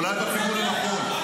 אולי תפיקו לנכון,